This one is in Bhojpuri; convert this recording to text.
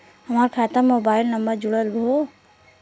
हमार खाता में मोबाइल नम्बर जुड़ल हो?